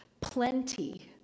plenty